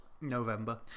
November